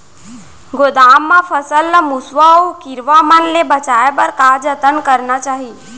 गोदाम मा फसल ला मुसवा अऊ कीरवा मन ले बचाये बर का जतन करना चाही?